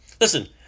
Listen